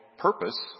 purpose